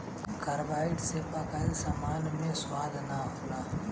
carbide से पकाइल सामान मे स्वाद ना होला